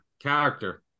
character